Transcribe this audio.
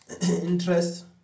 interest